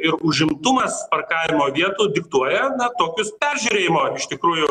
ir užimtumas parkavimo vietų diktuoja na tokius peržiūrėjimą iš tikrųjų